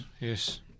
Yes